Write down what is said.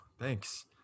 Thanks